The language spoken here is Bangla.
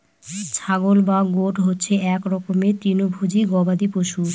ছাগল বা গোট হচ্ছে এক রকমের তৃণভোজী গবাদি পশু